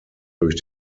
durch